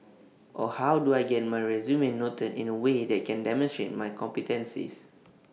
or how do I get my resume noted in A way that can demonstrate my competencies